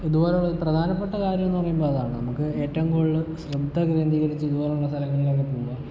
ഇതുപോലെ പ്രധാനപ്പെട്ട കാര്യമെന്ന് പറയുമ്പോൾ അതാണ് നമുക്ക് ഏറ്റോം കൂടുതൽ ശ്രദ്ധ കേന്ദ്രീകരിച്ച് ഇതുപോലുള്ള സ്ഥലങ്ങളിൽ പോവുക